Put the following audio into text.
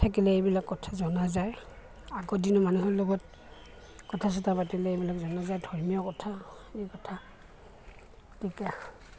থাকিলে এইবিলাক কথা জনা যায় আগৰ দিনৰ মানুহৰ লগত কথা চথা পাতিলে এইবিলাক জনা যায় ধৰ্মীয় কথা এই কথা গতিকে